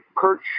perch